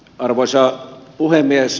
arvoisa puhemies